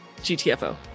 GTFO